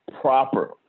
proper